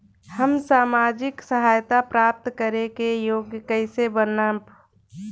हम सामाजिक सहायता प्राप्त करे के योग्य कइसे बनब?